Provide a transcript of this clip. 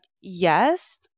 yes